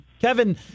Kevin